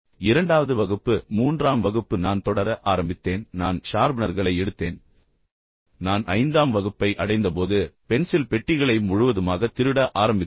இரண்டாவது வகுப்பு மூன்றாம் வகுப்பு நான் தொடர ஆரம்பித்தேன் நான் ஷார்பனர்களை எடுத்தேன் நான் ஐந்தாம் வகுப்பை அடைந்தபோது பென்சில் பெட்டிகளை முழுவதுமாக திருட ஆரம்பித்தேன்